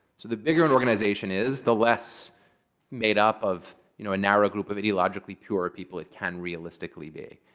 so the bigger an organization is, the less made up of you know a narrow group of ideologically pure people it can realistically be.